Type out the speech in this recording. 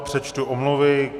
Přečtu omluvy.